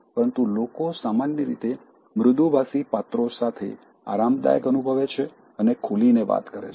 પરંતુ લોકો સામાન્ય રીતે મૃદુભાષી પાત્રો સાથે આરામદાયક અનુભવે છે અને ખૂલીને વાત કરે છે